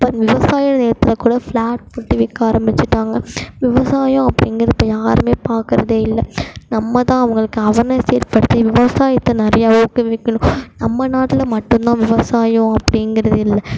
இப்போ விவசாயம் நிலத்தில் கூட ஃபிளாட் போட்டு விற்க ஆரம்மிச்சிட்டாங்க விவசாயம் அப்டிங்கிறது யாரும் பாக்கிறதே இல்லை நம்மதான் அவங்களுக்கு அவர்னஸ் ஏற்படுத்தி விவசாயத்தை நிறையா ஊக்குவிக்கணும் நம்ம நாட்டில் மட்டும்தான் விவசாயம் அப்டிங்கிறது இல்லை